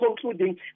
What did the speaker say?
concluding